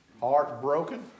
Heartbroken